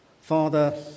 Father